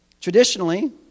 Traditionally